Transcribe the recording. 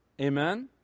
Amen